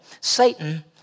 Satan